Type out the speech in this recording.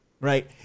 Right